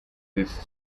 this